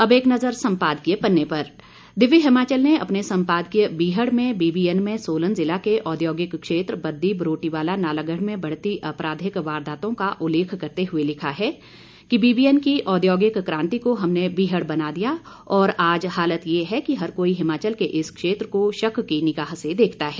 अब एक नज़र सम्पादकीय पन्ने पर दिव्य हिमाचल ने अपने संपादकीय बीहड़ में बीबीएन में सोलन जिला के औद्योगिक क्षेत्र बददी बरोटीबाला नालागढ़ में बढ़ती आपराधिक वारदातों का उल्लेख करते हुए लिखा है कि बीबीएन की औद्योगिक कांति को हमने बीहड़ बना दिया और आज हालत यह है कि हर कोई हिमाचल के इस क्षेत्र को शक की निगाह से देखता है